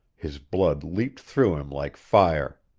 his blood leaped through him like fire.